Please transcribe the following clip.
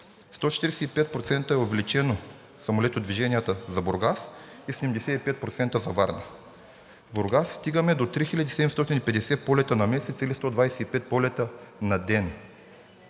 145% са увеличени самолетодвиженията за Бургас и 75% за Варна; в Бургас стигаме до 3750 полета на месец, или 125 полета на ден.